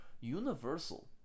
universal